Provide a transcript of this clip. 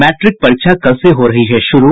matric परीक्षा कल से हो रही है शुरू